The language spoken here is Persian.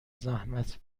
زحمت